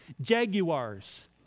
Jaguars